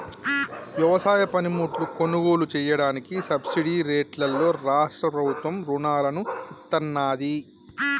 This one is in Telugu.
వ్యవసాయ పనిముట్లు కొనుగోలు చెయ్యడానికి సబ్సిడీ రేట్లలో రాష్ట్ర ప్రభుత్వం రుణాలను ఇత్తన్నాది